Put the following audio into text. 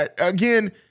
again